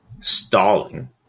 Stalling